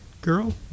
girl